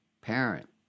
parent